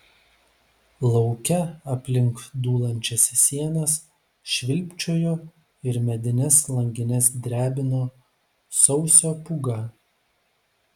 lauke aplink dūlančias sienas švilpčiojo ir medines langines drebino sausio pūga